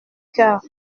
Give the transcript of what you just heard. cœur